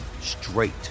straight